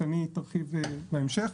שני תרחיב בהמשך,